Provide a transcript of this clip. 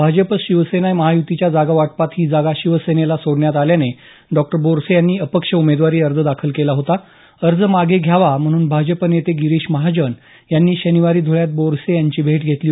भाजप शिवसेना महायुतीच्या जागावाटपात ही जागा शिवसेनेला सोडण्यात आल्याने डॉ बोरसे यांनी अपक्ष उमेदवारी अर्ज दाखल केला होती अर्ज मागे घ्यावा म्हणून भाजप नेते गिरीश महाजन यांनी शनिवारी धुळ्यात बोरसे यांची भेट घेतली